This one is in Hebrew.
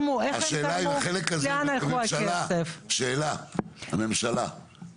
שאירעו וכנראה גם נמשכים איני יודע אבל לפחות לפי המצב שהיה קודם,